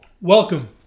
Welcome